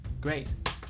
Great